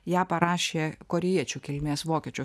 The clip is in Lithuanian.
ją parašė korėjiečių kilmės vokiečių